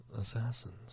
assassins